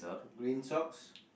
green socks